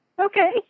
Okay